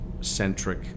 centric